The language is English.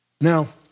Now